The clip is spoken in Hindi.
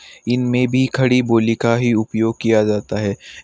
इनमें भी खड़ी बोली का ही उपयोग किया जाता है